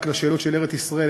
רק לשאלות של ארץ-ישראל,